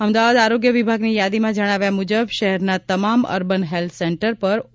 અમદાવાદ આરોગ્ય વિભાગની યાદીમાં જણાવ્યા મુજબ શહેરના તમામ અર્બન હેલ્થ સેન્ટર પર ઓ